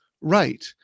right